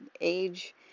age